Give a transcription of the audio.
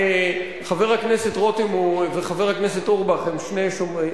חבר הכנסת רותם וחבר הכנסת אורבך הם שני שומרי,